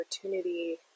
opportunity